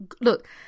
look